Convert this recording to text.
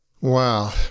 Wow